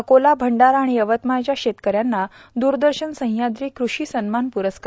अकोला भंडारा आणि यवतमाळच्या शेतकऱ्यांना दुरदर्शन सह्याद्री कृषी सन्मान पुरस्कार